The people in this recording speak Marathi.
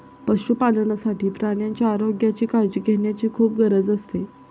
पशुपालनासाठी प्राण्यांच्या आरोग्याची काळजी घेण्याची खूप गरज असते